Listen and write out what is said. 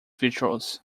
virtuous